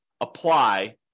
apply